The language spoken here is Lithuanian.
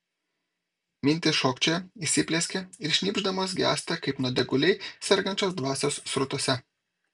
mintys šokčioja įsiplieskia ir šnypšdamos gęsta kaip nuodėguliai sergančios dvasios srutose